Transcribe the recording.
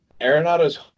Arenado's